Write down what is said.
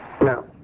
No